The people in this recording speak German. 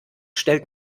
stellt